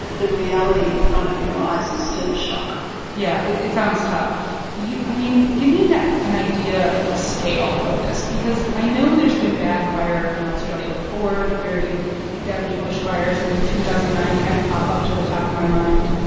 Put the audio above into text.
the reality in front of your eyes is still a shock yeah, it sounds tough. you i mean, give me an ah an idea of the scale of this, because i know there's been bad fire in australia before. the very deadly bushfires in two thousand and nine kind of pop up to the top of my mind.